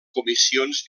comissions